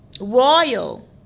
Royal